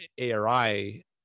ARI